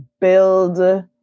build